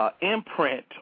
imprint